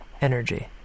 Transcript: energy